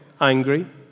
angry